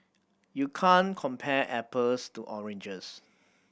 you can't compare apples to oranges